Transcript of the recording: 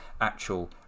actual